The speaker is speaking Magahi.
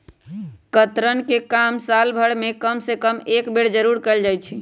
कतरन के काम साल भर में कम से कम एक बेर जरूर कयल जाई छै